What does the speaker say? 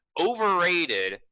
overrated